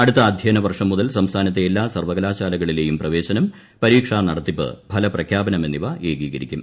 അടുത്ത അധ്യയന വർഷം മുതൽ സംസ്ഥാനത്തെ എല്ലാ സർവകലാശാലകളിലെയും പ്രവേശനം പരീക്ഷാ നിട്ടത്തിപ്പ് ഫലപ്രഖ്യാപനം എന്നിവ ഏകീകരിക്കും